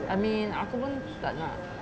I mean aku pun tak nak